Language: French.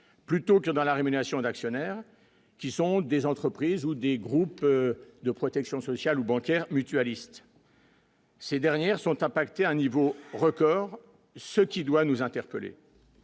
plutôt que dans la rémunération d'actionnaires qui sont des entreprises ou des groupes de protection sociale ou bancaire mutualiste. Ces dernières sont impactés, un niveau record, ce qui doit nous interpeller.